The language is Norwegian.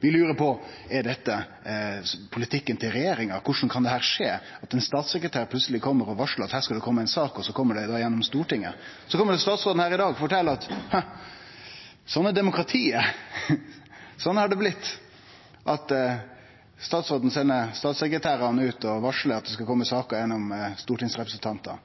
Vi lurer på: Er dette politikken til regjeringa? Korleis kan det skje at ein statssekretær plutseleg kjem og varslar at her skal det kome ei sak, og så kjem ho gjennom Stortinget? Så kjem statsråden her i dag og fortel at slik er demokratiet – slik har det blitt: Statsråden sender statssekretærane ut og varslar at det skal kome saker gjennom stortingsrepresentantar.